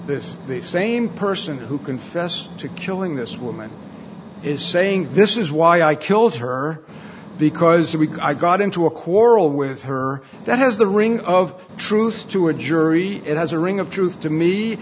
this the same person who confessed to killing this woman is saying this is why i killed her because the week i got into a quarrel with her that has the ring of truth to a jury it has a ring of truth to me